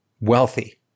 wealthy